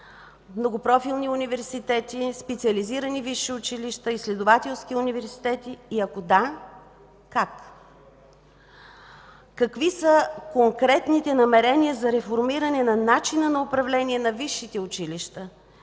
многопрофилни университети, специализирани висши училища, изследователски университети и ако да – как? Какви са конкретните намерения за реформиране на начина управление на висшите училища